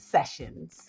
Sessions